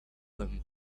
them